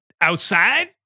outside